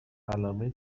قلمه